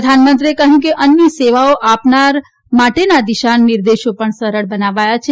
પ્રધાનમંત્રીએ કહ્યું કે અન્ય સેવાઓ આપનાર માટેના દિશા નિર્દેશો પણ સરળ બનાવાયા છે